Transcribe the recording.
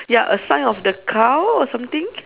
ya a sign of the cow or something